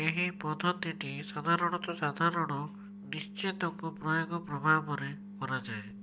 ଏହି ପଦ୍ଧତିଟି ସାଧାରଣତଃ ସାଧାରଣ ନିଶ୍ଚେତକ ପ୍ରୟୋଗ ପ୍ରଭାବରେ କରାଯାଏ